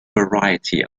variety